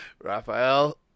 Raphael